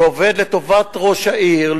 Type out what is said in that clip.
שעובד לטובת ראש העיר,